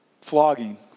flogging